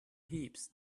heaps